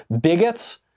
bigots